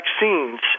vaccines